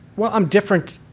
well, i'm different